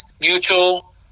mutual